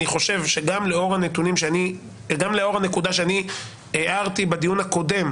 אני חושב שגם לאור הנקודה שאני הערתי בדיון הקודם